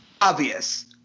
obvious